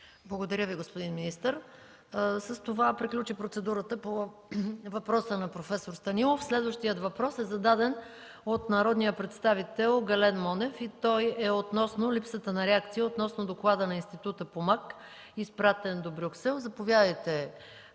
Благодаря Ви, господин министър. С това приключи процедурата по въпроса на проф. Станилов. Следващият въпрос е зададен от народния представител Гален Монев и е относно липсата на реакция относно доклада на Института „Помак”, изпратен до Брюксел. Заповядайте,